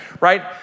right